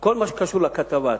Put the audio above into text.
כל מה שקשור לכתבה,